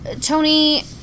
Tony